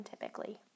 typically